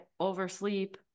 oversleep